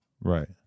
right